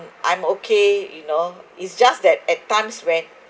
I'm okay you know it's just that at times when